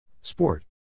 Sport